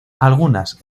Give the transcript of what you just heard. algunas